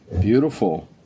beautiful